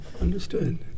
Understood